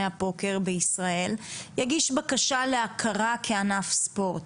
הפוקר בישראל יגיש בקשה להכרה כענף ספורט,